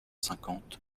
cinquante